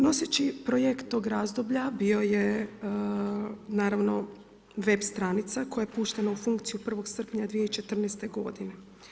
Noseći projekt tog razdoblja bio je naravno web stranica koja je puštena u funkciju 1. srpnja 2014. godine.